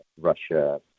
russia